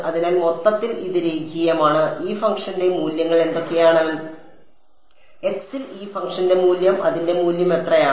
അതിനാൽ മൊത്തത്തിൽ ഇത് രേഖീയമാണ് ഈ ഫംഗ്ഷന്റെ മൂല്യങ്ങൾ എന്തൊക്കെയാണ് x ൽ ഈ ഫംഗ്ഷന്റെ മൂല്യം അതിന്റെ മൂല്യം എത്രയാണ്